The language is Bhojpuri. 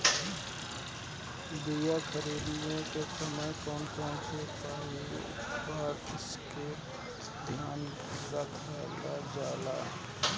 बीया खरीदे के समय कौन कौन बात के ध्यान रखल जाला?